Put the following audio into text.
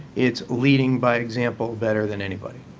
it's leading by example better than anybody.